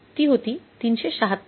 ती होती ३७६